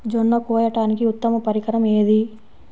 జొన్న కోయడానికి ఉత్తమ పరికరం ఏది?